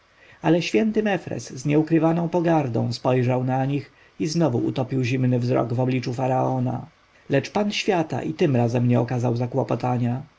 ale święty mefres z nieukrywaną pogardą spojrzał na nich i znowu utopił zimny wzrok w obliczu faraona lecz pan świata i tym razem nie okazał zakłopotania